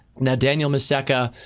and daniel masseca,